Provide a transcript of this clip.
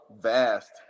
vast